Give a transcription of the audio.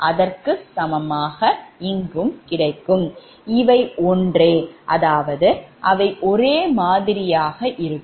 அவை ஒன்றே அதாவது அவை ஒரே மாதிரியாக இருக்கும்